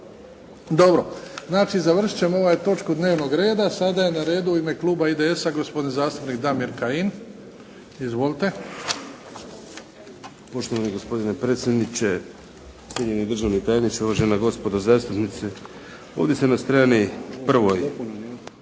Dobro, znači završiti ćemo ovu točku dnevnog reda. Sada je na redu u ime kluba IDS-a gospodin zastupnik Damir Kajin. Izvolite.